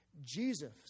Jesus